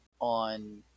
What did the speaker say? on